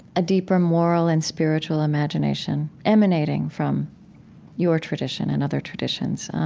a deeper moral and spiritual imagination emanating from your tradition and other traditions.